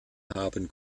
haben